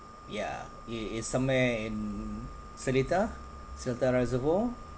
ya it is somewhere in seletar seletar reservoir